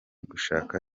gushaka